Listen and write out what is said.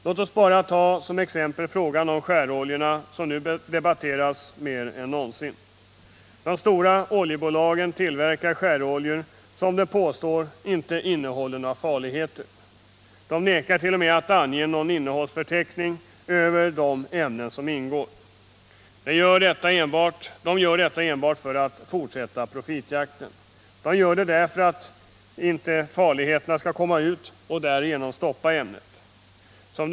Låt oss bara ta som exempel frågan om skäroljorna, som nu debatteras 7 mer än någonsin tidigare. De stora oljebolagen tillverkar skäroljor, som de påstår inte innehåller några farliga ämnen. De vägrar t.o.m. att ange någon innehållsförteckning över de ämnen som ingår i dessa. De gör detta enbart för att kunna fortsätta profitjakten. De gör det därför att inte ryktet om farligheterna skall komma ut och ämnet därigenom skall kunna stoppas.